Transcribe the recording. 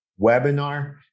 webinar